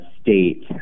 state